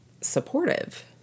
supportive